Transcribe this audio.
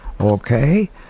okay